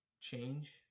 change